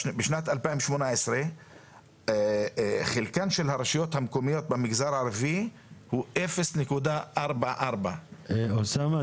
בשנת 2018 חלקן של הרשויות המקומיות במגזר הערבי הוא 0.44. אוסאמה,